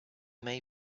may